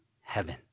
heaven